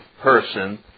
person